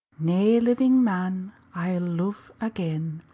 nae living man i'll love again,